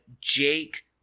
Jake